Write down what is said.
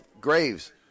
Graves